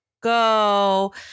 go